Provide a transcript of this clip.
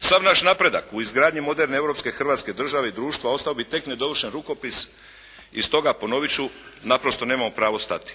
sav naš napredak u izgradnji moderne europske Hrvatske države i društva ostao bi tek nedovršen rukopis, i stoga ponovit ću, naprosto nemamo pravo stati.